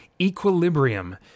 Equilibrium